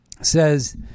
says